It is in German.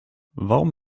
warum